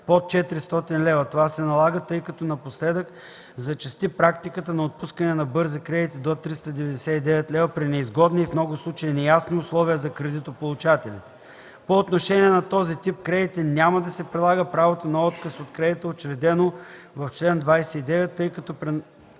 под 400 лв. Това се налага, тъй като напоследък зачести практиката на отпускане на „бързи кредити“ до 399 лв. при неизгодни и в много случаи неясни условия за кредитополучателите. По отношение на този тип кредити няма да се прилага правото на отказ от кредита, уредено в чл. 29, тъй като